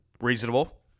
Reasonable